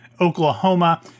Oklahoma